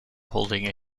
holding